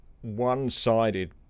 one-sided